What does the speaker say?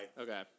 Okay